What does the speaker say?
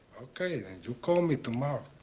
okay, then you call me tomorrow.